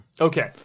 Okay